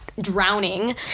drowning